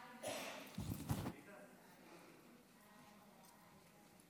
בימים רגילים היינו צריכים לעלות אחד אחרי